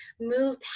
move